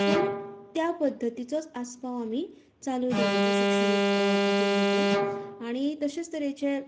पूण त्या पद्दतीचोच आस्पाव आमी चालू दवरलो शिक्षणीक हातूंत भितर आनी तशेंच तरेचें